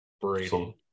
Brady